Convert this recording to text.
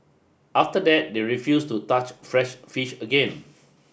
after that they refused to touch fresh fish again